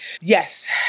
yes